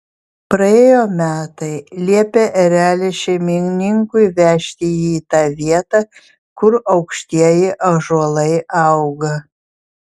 praėjo metai liepė erelis šeimininkui vežti jį į tą vietą kur aukštieji ąžuolai auga